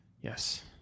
Yes